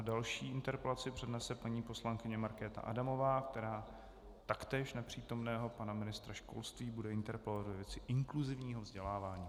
Další interpelaci přednese paní poslankyně Markéta Adamová, která taktéž nepřítomného ministra školství bude interpelovat ve věci inkluzivního vzdělávání.